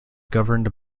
governed